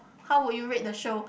how would you rate the show